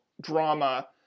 drama